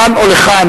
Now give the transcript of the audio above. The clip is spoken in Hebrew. לכאן או לכאן,